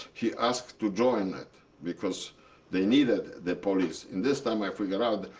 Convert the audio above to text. he asked to join it because they needed the police. in this time, i figured out,